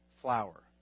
flower